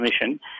Commission